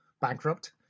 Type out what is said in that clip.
bankrupt